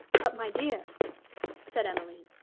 but, my dear said emmeline,